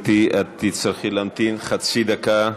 גברתי, את תצטרכי להמתין חצי דקה.